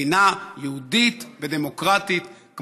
מדינה יהודית ודמוקרטית,